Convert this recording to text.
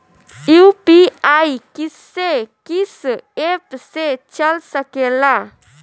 UPI किस्से कीस app से चल सकेला?